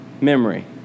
memory